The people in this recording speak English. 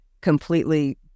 completely